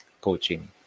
coaching